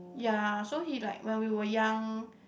ya so he like when we were young